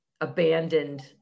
abandoned